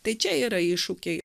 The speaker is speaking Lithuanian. tai čia yra iššūkiai